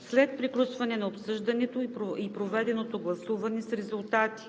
След приключване на обсъждането и проведеното гласуване с резултати: